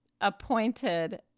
appointed